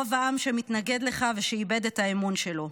רוב העם שמתנגד לך ושאיבד את האמון שלו.